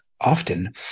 often